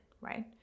right